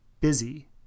busy